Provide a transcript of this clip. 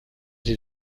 die